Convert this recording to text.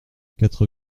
quatre